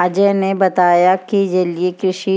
अजय ने बताया कि जलीय कृषि